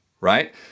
right